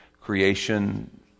creation